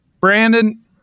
brandon